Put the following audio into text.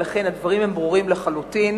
ולכן הדברים הם ברורים לחלוטין,